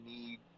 need